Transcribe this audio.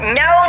no